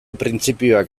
printzipioak